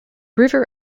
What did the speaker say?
river